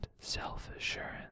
self-assurance